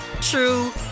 true